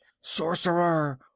Sorcerer